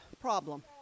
problem